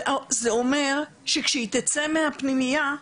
וזה אומר שכשהיא תצא מהפנימייה,